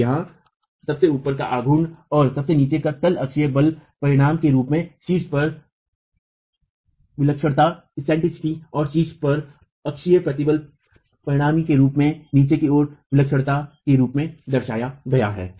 और यहाँ सबसे ऊपर का आघूर्ण और सबसे नीचे का तल अक्षीय बल परिणाम के रूप में शीर्ष पर विलक्षणता और शीर्ष पर अक्षीय प्रतिबल परिणामी के रूप में नीचे की ओर विलक्षणता के रूप में दर्शाया गया है